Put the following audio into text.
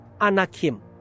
Anakim